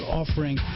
offering